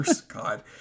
God